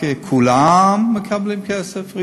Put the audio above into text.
כולם מקבלים כסף.